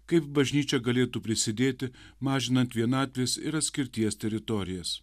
kaip bažnyčia galėtų prisidėti mažinant vienatvės ir atskirties teritorijas